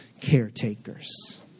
caretakers